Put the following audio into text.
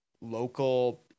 local